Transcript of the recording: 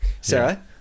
Sarah